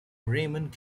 raymond